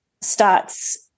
starts